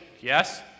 yes